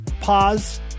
pause